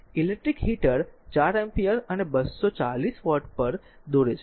electric heater 4 ampere અને 240 volt પર દોરે છે